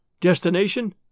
Destination